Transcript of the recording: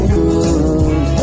good